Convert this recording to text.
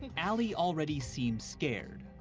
alie already seems scared.